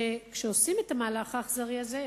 כשעושים את המהלך האכזרי הזה,